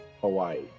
Hawaii